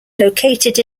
located